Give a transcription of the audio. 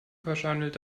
verschandelt